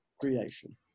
creation